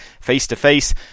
face-to-face